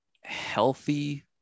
healthy